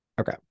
Okay